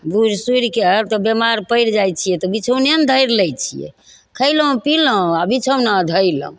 बुढ़ सुढ़के तऽ बीमार पड़ि जाइ छियै तऽ बिछौने ने धरि लै छियै खइलहुँ पिलहुँ आओर बिछौना धयलहुँ